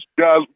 guys